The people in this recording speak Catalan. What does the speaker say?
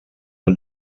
els